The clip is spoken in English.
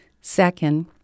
Second